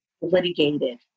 litigated